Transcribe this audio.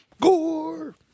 Gore